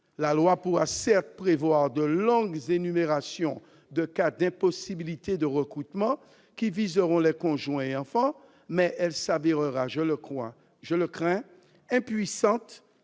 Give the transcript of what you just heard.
La loi pourra, certes, prévoir de longues énumérations de cas d'impossibilité de recrutement, visant notamment les conjoints et enfants, mais elle se révélera impuissante,